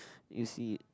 you see